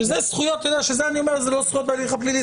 בשביל זה אני אומר שאלו לא זכויות בהליך הפלילי,